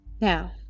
Now